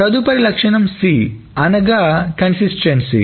తదుపరి లక్షణం C అనగా స్థిరత్వం